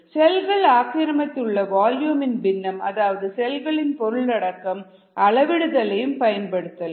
செல்கள் ஆக்கிரமித்துள்ள வால்யூமின் பின்னம் அல்லது செல்களின் பொருளடக்கம் அளவிடுதலையும் பயன்படுத்தலாம்